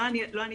לא אני